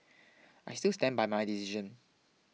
I still stand by my decision